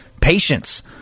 patience